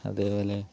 അതേപോലെ